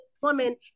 woman